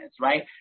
right